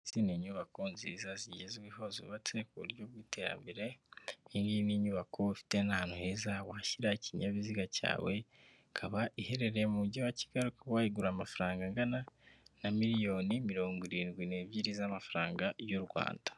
Izi ni nyubako nziza zigezweho zubatse ku buryo bw'iterambere, iyi ngiyi ni inyubako ifite ahantu heza washyira ikinyabiziga cyawe, ikaba iherereye mu mujyi wa Kigali wayigura amafaranga angana na miliyoni mirongo irindwi n'ebyiri z'amafaranga y'u Rwanda.